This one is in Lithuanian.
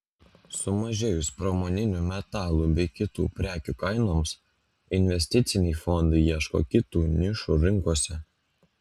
sumažėjus pramoninių metalų bei kitų prekių kainoms investiciniai fondai ieško kitų nišų rinkose